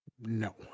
no